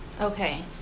Okay